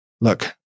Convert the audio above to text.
look